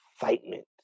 excitement